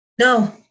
No